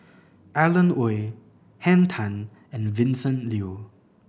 Alan Oei Henn Tan and Vincent Leow